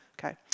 okay